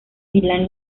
milán